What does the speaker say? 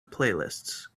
playlists